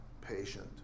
patient